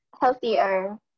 healthier